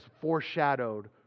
foreshadowed